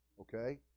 Okay